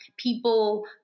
people